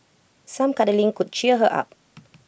some cuddling could cheer her up